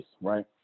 right